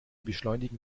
beschleunigen